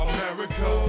America